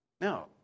Now